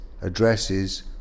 addresses